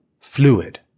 fluid